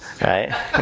Right